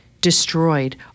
destroyed